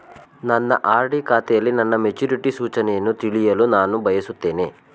ನನ್ನ ಆರ್.ಡಿ ಖಾತೆಯಲ್ಲಿ ನನ್ನ ಮೆಚುರಿಟಿ ಸೂಚನೆಯನ್ನು ತಿಳಿಯಲು ನಾನು ಬಯಸುತ್ತೇನೆ